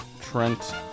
Trent